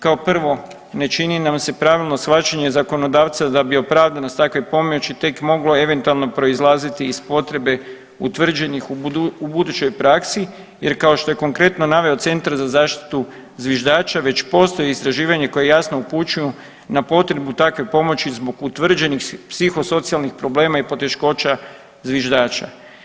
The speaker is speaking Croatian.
Kao prvo ne čini nam se pravilno shvaćanje zakonodavca da bi opravdanost takve pomoći tek moglo eventualno proizlaziti iz potrebe utvrđenih u budućoj praksi jer kao što je konkretno naveo centar za zaštitu zviždača već postoji istraživanje koje jasno upućuju na potrebu takve pomoći zbog utvrđenih psihosocijalnih problema i poteškoća zviždača.